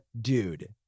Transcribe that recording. dude